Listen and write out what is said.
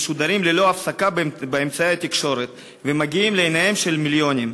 משודרים ללא הפסקה באמצעי התקשורת ומגיעים לעיניהם של מיליונים.